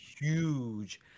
huge